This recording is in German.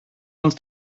uns